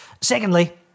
Secondly